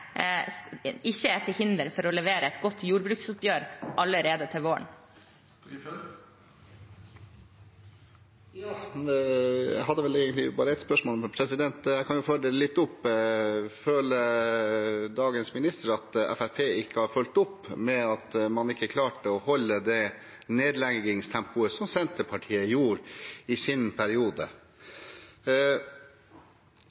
er til hinder for å levere et godt jordbruksoppgjør allerede til våren. Jeg hadde vel egentlig bare ett spørsmål, men jeg kan følge det litt opp. Føler dagens statsråd at Fremskrittspartiet ikke fulgte opp når man ikke klarte å holde det nedleggingstempoet som Senterpartiet hadde i sin periode?